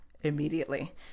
immediately